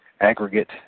aggregate